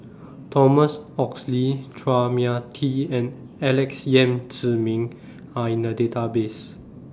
Thomas Oxley Chua Mia Tee and Alex Yam Ziming Are in The Database